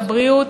לבריאות,